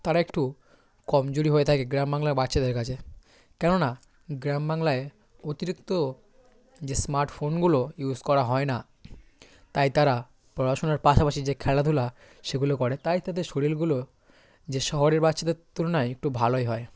তারা একটু কমজোরি হয়ে থাকে গ্রামবাংলার বাচ্চাদের কাছে কেননা গ্রামবাংলায় অতিরিক্ত যে স্মার্টফোনগুলো ইউজ করা হয় না তাই তারা পড়াশুনার পাশাপাশি যে খেলাধুলা সেগুলো করে তাই তাদের শরীরগুলো যে শহরের বাচ্চাদের তুলনায় একটু ভালোই হয়